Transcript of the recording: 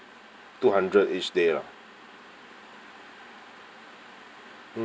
two hundred each day lah